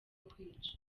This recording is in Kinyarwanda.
kwica